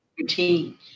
routine